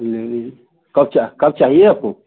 ले लीजिए कब चाहिए कब चाहिए आपको